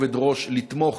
ישקלו בכובד ראש לתמוך